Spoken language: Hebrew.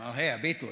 הוא אמר: הביטו,